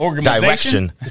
direction